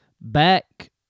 back